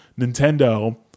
Nintendo